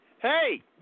Hey